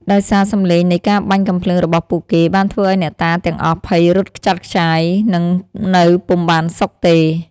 ដោយសារសំឡេងនៃការបាញ់កាំភ្លើងរបស់ពួកគេ បានធ្វើឲ្យអ្នកតាទាំងអស់ភ័យរត់ខ្ចាត់ខ្ចាយ និងនៅពុំបានសុខទេ។